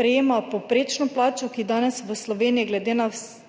prejema povprečno plačo, ki danes v Sloveniji glede na dejstvo,